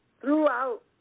throughout